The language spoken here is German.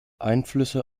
einflüsse